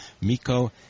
Miko